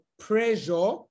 pressure